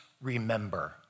remember